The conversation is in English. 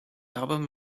album